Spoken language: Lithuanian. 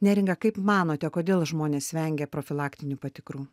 neringa kaip manote kodėl žmonės vengia profilaktinių patikrų